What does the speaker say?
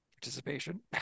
participation